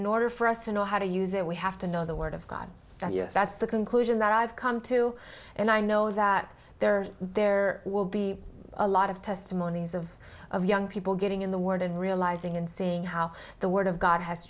in order for us to know how to use it we have to know the word of god that's the conclusion that i've come to and i know that there are there will be a lot of testimonies of young people getting in the word and realizing and seeing how the word of god has